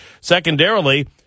Secondarily